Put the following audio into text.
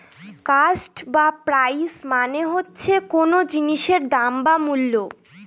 cost বা price মানে হচ্ছে কোন জিনিসের দাম বা মূল্য